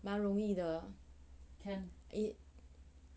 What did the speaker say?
蛮容易的